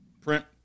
print